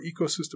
ecosystem